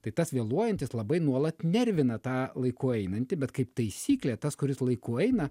tai tas vėluojantis labai nuolat nervina tą laiku einantį bet kaip taisyklė tas kuris laiku eina